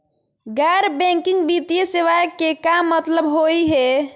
गैर बैंकिंग वित्तीय सेवाएं के का मतलब होई हे?